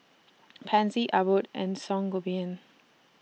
Pansy Abbott and Sangobion